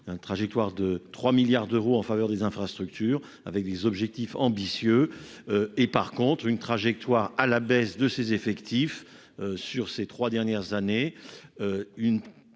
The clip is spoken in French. trajectoire de 3 milliards d'euros en faveur des infrastructures avec des objectifs ambitieux. Et par contre une trajectoire à la baisse de ses effectifs. Sur ces 3 dernières années. Une